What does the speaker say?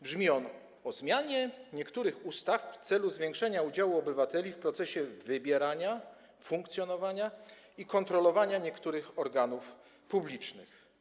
Brzmi on: o zmianie niektórych ustaw w celu zwiększenia udziału obywateli w procesie wybierania, funkcjonowania i kontrolowania niektórych organów publicznych.